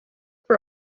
for